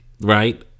right